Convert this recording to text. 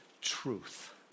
truth